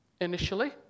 initially